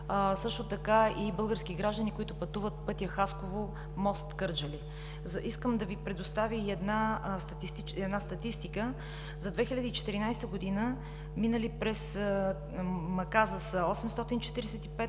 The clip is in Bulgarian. също така и български граждани, които пътуват пътя Хасково – Мост – Кърджали. Искам да Ви предоставя и една статистика. За 2014 г. през Маказа са